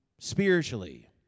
spiritually